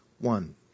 one